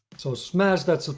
so smash that so